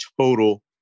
total